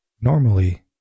Normally